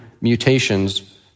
mutations